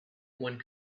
one